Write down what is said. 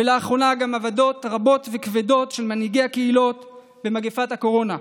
ולאחרונה גם אבדות רבות וכבדות של מנהיגי הקהילות במגפת הקורונה.